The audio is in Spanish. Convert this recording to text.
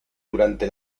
durante